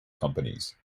companies